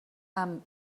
amb